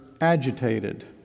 agitated